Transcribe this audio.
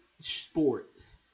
sports